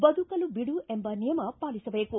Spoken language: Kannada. ಬದುಕಲು ಬಿಡು ಎಂಬ ನಿಯಮ ಪಾಲಿಸಬೇಕು